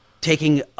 taking